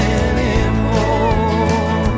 anymore